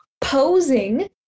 posing